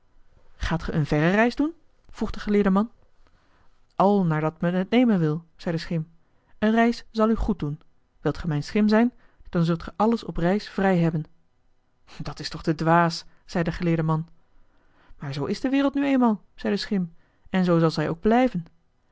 gaat ge een verre reis doen vroeg de geleerde man al naardat men het nemen wil zei de schim een reis zal u goed doen wilt ge mijn schim zijn dan zult ge alles op reis vrij hebben dat is toch te dwaas zei de geleerde man maar zoo is de wereld nu eenmaal zei de schim en zoo zal zij ook blijven